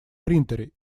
принтере